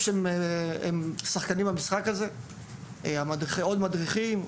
גופים נוספים שהם שחקנים במשחק הזה כמו מדריכים,